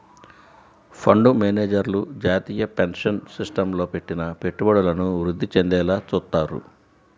fund మేనేజర్లు జాతీయ pension సిస్టమ్లో పెట్టిన పెట్టుబడులను వృద్ధి చెందేలా చూత్తారు